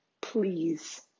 please